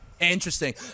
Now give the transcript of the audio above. Interesting